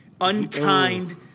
Unkind